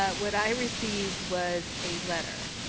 ah what i received was a letter